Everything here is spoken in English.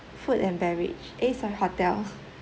food and beverage eh sorry hotel